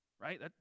right